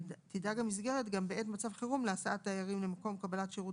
תדאג המסגרת גם בעת מצב חירום להסעת הדיירים למקום קבלת שירות